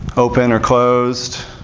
open or closed?